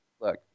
look